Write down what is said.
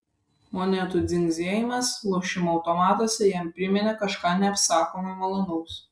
monetų dzingsėjimas lošimo automatuose jam priminė kažką neapsakomai malonaus